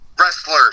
wrestler